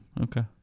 Okay